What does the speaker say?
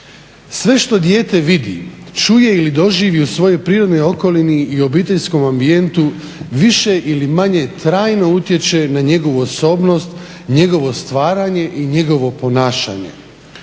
Sve što dijete vidi, čuje ili doživi u svojoj prirodnoj okolini i obiteljskom ambijentu više ili manje trajno utječe na njegovu osobnost, njegovo stvaranje i njegovo ponašanje.